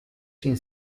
sin